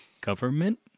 government